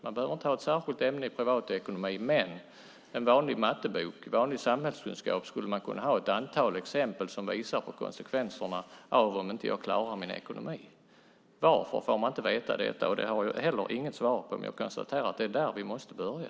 Man behöver inte ha privatekonomi som särskilt ämne, men i matteböcker och samhällskunskapsböcker skulle man kunna ha ett antal exempel som visar på konsekvenserna av om man inte klarar sin ekonomi. Varför får man inte veta det? Det har jag inte heller något svar på. Men jag konstaterar att det är där vi måste börja.